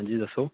ਹਾਂਜੀ ਦੱਸੋ